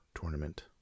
tournament